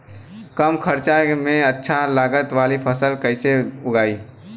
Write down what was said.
कम खर्चा में अच्छा लागत वाली फसल कैसे उगाई?